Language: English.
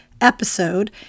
episode